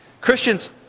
Christians